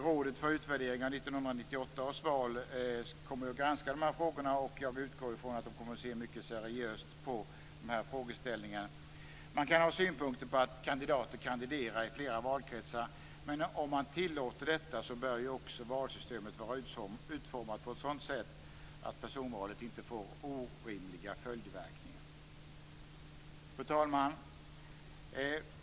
Rådet för utvärdering av 1998 års val kommer att granska dessa frågor, och jag utgår från att man kommer att se seriöst på frågeställningen. Man kan ha synpunkter på att kandidater kandiderar i flera valkretsar, men om det tillåts bör också valsystemet vara utformat på ett sådant sätt att personvalet inte får orimliga följdverkningar. Fru talman!